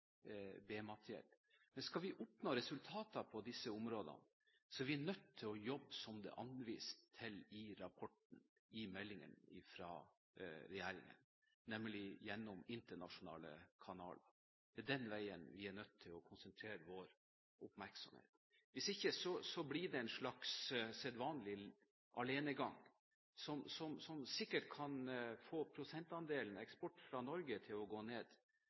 Skal vi oppnå resultater på disse områdene, er vi nødt til å jobbe slik det er vist til i rapporten som er omtalt i meldingen fra regjeringen, nemlig gjennom internasjonale kanaler. Det er her vi er nødt til å konsentrere vår oppmerksomhet. Hvis ikke blir det en slags sedvanlig alenegang, som sikkert kan få prosentandelen eksport fra Norge til å gå ned,